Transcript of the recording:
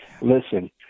Listen